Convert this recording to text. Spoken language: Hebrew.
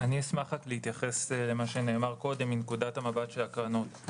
אשמח להתייחס אל מה שנאמר קודם מנקודת המבט של הקרנות.